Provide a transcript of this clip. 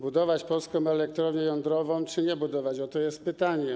Budować polską elektrownię jądrową czy nie budować - oto jest pytanie.